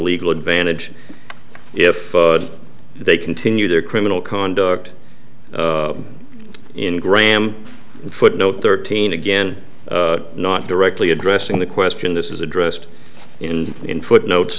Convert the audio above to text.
legal advantage if they continue their criminal conduct in graham footnote thirteen again not directly addressing the question this is addressed in in footnotes